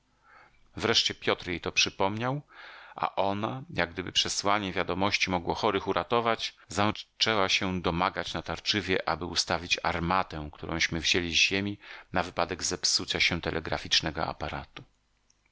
wreszcie piotr jej to przypomniał a ona jak gdyby przesłanie wiadomości mogło chorych uratować zaczęła się domagać natarczywie aby ustawić armatę którąśmy wzięli z ziemi na wypadek zepsucia się telegraficznego aparatu